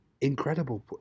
incredible